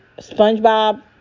spongebob